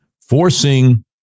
forcing